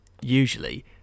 usually